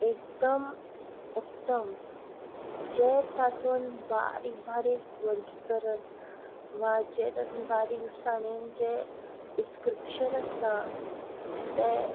एकदम उत्तम जे तातूंत बारीक बारीक वर्गीकरण म्हणजे तातूंत बारीकसाणेन जे डिस्क्रिपशन आसता तें